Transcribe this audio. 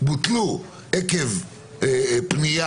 בוטלו עקב פנייה